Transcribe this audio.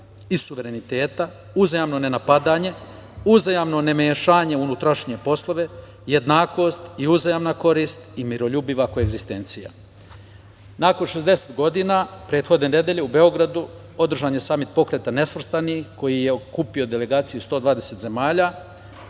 i suvereniteta, uzajamno nenapadanje, uzajamno nemešanje u unutrašnje poslove, jednakost i uzajamna korist i miroljubiva koegzistencija. Nakon 60 godina, prethodne nedelje, u Beogradu, održan je Samit Pokreta nesvrstanih koji je okupio delegacije 120 zemalja